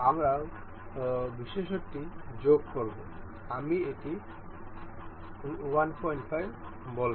আমরা বৈশিষ্ট্যটি যোগ করব আমি এটি 15 বলব